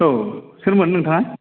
औ सोरमोन नोंथाङा